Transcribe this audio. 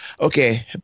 Okay